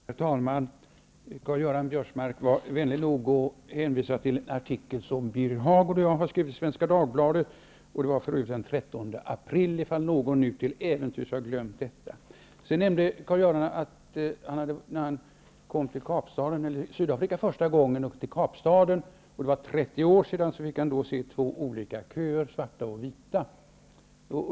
Herr talman! Karl-Göran Biörsmark var vänlig nog att hänvisa till en artikel i Svenska Dagbladet som Birger Hagård och jag har skrivit. Det var för övrigt den 13 april, ifall någon till äventyrs har glömt det. Karl-Göran Biörsmark nämnde första gången han kom till Sydafrika för 30 år sedan, till Kapstaden, och att han då fick se två olika köer för svarta och vita.